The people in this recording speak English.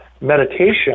meditation